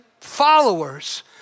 followers